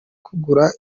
kugura